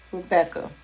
Rebecca